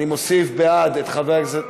אני מוסיף בעד את חבר הכנסת,